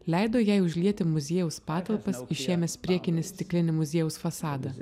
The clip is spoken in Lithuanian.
leido jai užlieti muziejaus patalpas išėmęs priekinį stiklinį muziejaus fasadą